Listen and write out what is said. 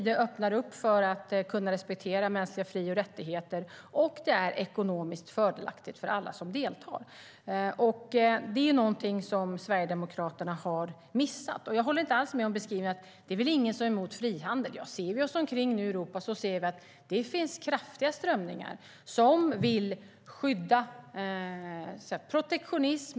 Det öppnar upp för att respektera mänskliga fri och rättigheter, och det är ekonomiskt fördelaktigt för alla som deltar. Detta är något som Sverigedemokraterna har missat. Jag håller inte alls med om beskrivningen att det väl inte finns någon som är emot frihandel. Ser vi oss omkring i Europa ser vi att det finns kraftiga strömningar som står för protektionism.